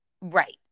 Right